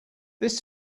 this